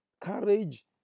Courage